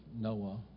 Noah